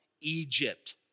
Egypt